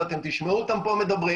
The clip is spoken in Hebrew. ואתם תשמעו אותם פה מדברים,